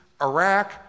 Iraq